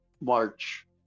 March